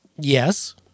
Yes